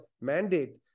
mandate